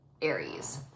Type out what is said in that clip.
aries